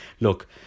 look